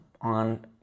on